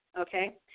okay